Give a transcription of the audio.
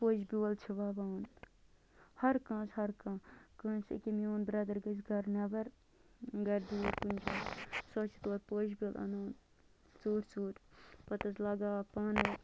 پوشہٕ بیول چھِ وَوان ہر کانٛہہ حظ ہر کانٛہہ کٲنٛسہِ ییٚکیٛاہ میون بردَھر گژھِ گَرٕ نٮ۪بَر گَرِ دوٗر کُنہِ جایہِ سُہ حظ چھِ تورٕ پوشہٕ بیول اَنان ژوٗرِ ژوٗرِ پتہٕ حظ لگاوان پانَے